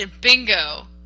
bingo